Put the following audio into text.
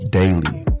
daily